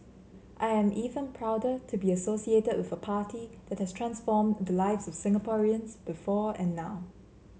I am even prouder to be associated with a party that has transformed the lives of Singaporeans before and now